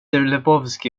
lebowski